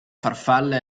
farfalla